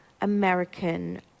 American